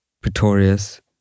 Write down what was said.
Pretorius